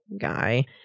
guy